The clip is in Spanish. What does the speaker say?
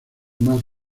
más